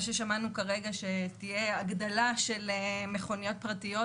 מה ששמענו כרגע שתהיה הגדלה של מכוניות פרטיות,